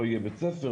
שפה יהיה בית ספר,